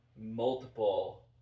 multiple